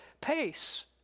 pace